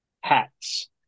hats